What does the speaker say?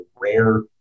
rare